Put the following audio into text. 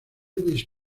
elvis